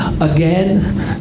again